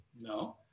No